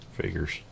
figures